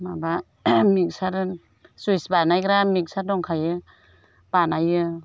माबा mixer juice बानायग्रा mixer दंखायो बानायो